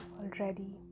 already